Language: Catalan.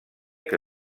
que